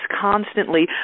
constantly